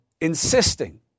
insisting